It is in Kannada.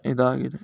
ಇದಾಗಿದೆ